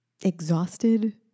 exhausted